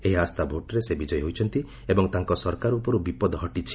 ଏହି ଆସ୍ଥା ଭୋଟ୍ରେ ସେ ବିଜୟୀ ହୋଇଛନ୍ତି ଏବଂ ତାଙ୍କ ସରକାର ଉପରୁ ବିପଦ ହଟିଛି